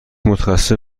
متخصص